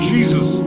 Jesus